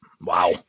Wow